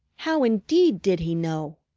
how indeed did he know?